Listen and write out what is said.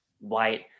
white